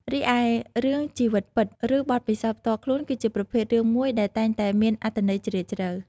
រីឯ រឿងជីវិតពិត ឬបទពិសោធន៍ផ្ទាល់ខ្លួន គឺជាប្រភេទរឿងមួយដែលតែងតែមានអត្ថន័យជ្រាលជ្រៅ។